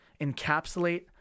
encapsulate